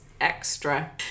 extra